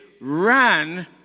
ran